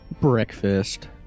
breakfast